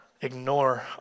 ignore